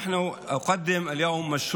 אני לא מדבר על הארנונה.